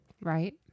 Right